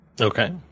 okay